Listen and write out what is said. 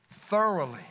thoroughly